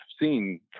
seen